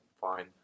fine